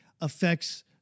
affects